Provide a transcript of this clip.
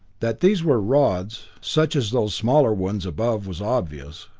that these were rods, such as those smaller ones above was obvious,